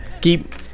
keep